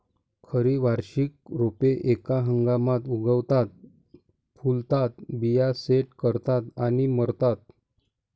खरी वार्षिक रोपे एका हंगामात उगवतात, फुलतात, बिया सेट करतात आणि मरतात